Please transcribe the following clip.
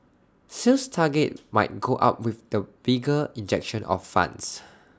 sales targets might go up with the bigger injection of funds